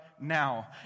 now